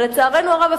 אבל לצערנו הרב,